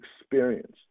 experience